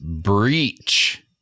breach